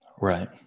Right